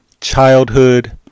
childhood